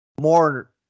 more